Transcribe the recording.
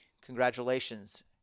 congratulations